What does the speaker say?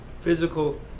physical